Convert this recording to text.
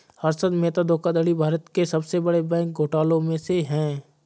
हर्षद मेहता धोखाधड़ी भारत के सबसे बड़े बैंक घोटालों में से है